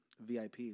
VIP